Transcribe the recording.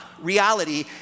reality